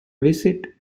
visit